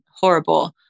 horrible